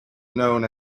known